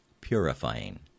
purifying